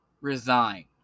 Resign